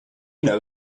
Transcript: know